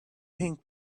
ping